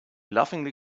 laughingly